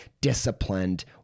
disciplined